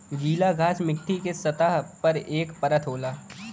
गीला घास मट्टी के सतह पर एक परत होला